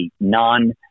non